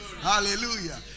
Hallelujah